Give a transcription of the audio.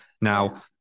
Now